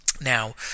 Now